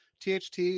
THT